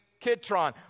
Kitron